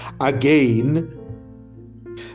again